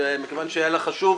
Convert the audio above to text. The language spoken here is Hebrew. ומכיוון שהיה לה חשוב,